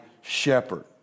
shepherd